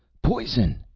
poison!